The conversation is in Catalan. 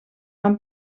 van